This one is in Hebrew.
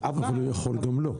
אבל הוא יכול גם לא.